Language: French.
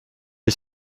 les